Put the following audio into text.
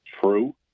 true